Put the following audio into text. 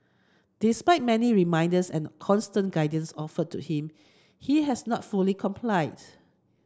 despite many reminders and constant guidance offered to him he has not fully complied